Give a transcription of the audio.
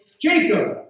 Jacob